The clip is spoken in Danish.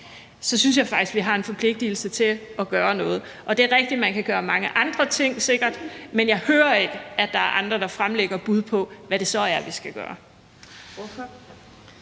Så synes jeg faktisk, vi har en forpligtigelse til at gøre noget. Og det er rigtigt, at man sikkert kan gøre mange andre ting, men jeg hører ikke, at der er andre, der fremlægger bud på, hvad det så er, vi skal gøre.